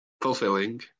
fulfilling